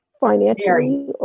financially